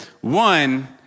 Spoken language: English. One